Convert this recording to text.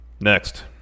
Next